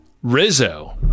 Rizzo